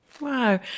Wow